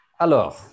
Alors